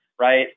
right